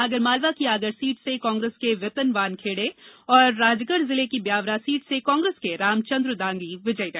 आगरमालवा की आगर सीट से कांग्रेस के विपिन बानखेड़े और राजगढ़ जिले की ब्यावरा सीट से कांग्रेस के रामचंद्र दांगी विजयी रहे